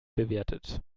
bewertet